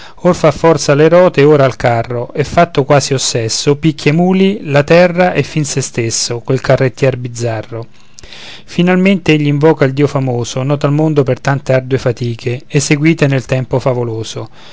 or fa forza alle rote ed ora al carro e fatto quasi ossesso picchia i muli la terra e fin se stesso quel carrettier bizzarro finalmente egli invoca il dio famoso noto al mondo per tante ardue fatiche eseguite nel tempo favoloso